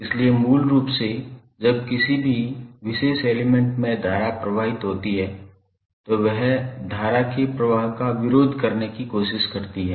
इसलिए मूल रूप से जब भी किसी विशेष एलिमेंट में धारा प्रवाहित होती है तो वह धारा के प्रवाह का विरोध करने की कोशिश करती है